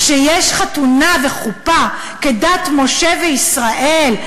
כשיש חתונה וחופה כדת משה וישראל,